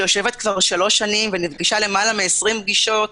שיושבת כבר שלוש שנים ונפגשה למעלה מ-20 פגישות,